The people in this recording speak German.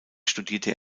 studierte